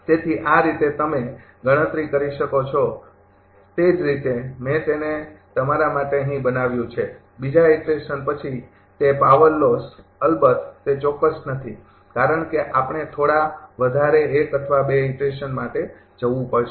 તેથી આ રીતે તમે ગણતરી કરી શકો છો તે જ રીતે મેં તેને તમારા માટે અહીં બનાવ્યું છે બીજા ઇટરેશન પછી તે પાવર લોસ અલબત્ત તે ચોક્કસ નથી કારણ કે આપણે થોડા વધારે ૧ અથવા ૨ ઇટરેશન માટે જવું પડશે